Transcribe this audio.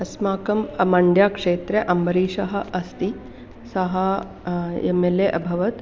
अस्माकम् अमण्ड्या क्षेत्रे अम्बरीषः अस्ति सः एम् एल् ए अभवत्